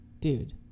dude